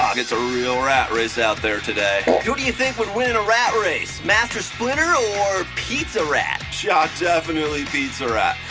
it's a real rat race out there today who do you think would win in a rat race master splinter or pizza rat? yeah, ah definitely pizza rat.